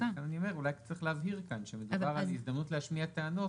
ולכן אני אומר שאולי צריך להבהיר כאן שמדובר על הזדמנות להשמיע טענות,